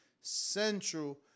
Central